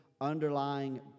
underlying